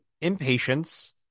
impatience